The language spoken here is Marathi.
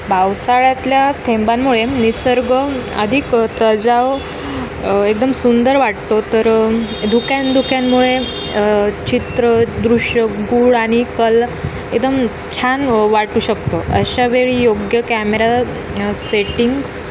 पावसाळ्यातल्या थेंबांमुळे निसर्ग अधिक तजाव एकदम सुंदर वाटतो तर धुक्यान धुक्यांमुळे चित्र दृश्य गूढ आणि कल एकदम छान वाटू शकतं अशा वेळी योग्य कॅमेरा सेटिंग्स